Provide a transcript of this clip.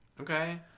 Okay